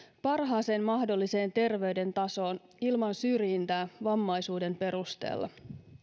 parhaaseen mahdolliseen terveyden tasoon ilman syrjintää vammaisuuden perusteella